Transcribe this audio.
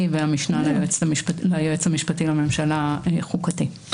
והמשנה ליועץ המשפטי לממשלה חוקתי.